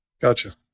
Gotcha